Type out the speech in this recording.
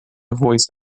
voice